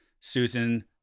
Susan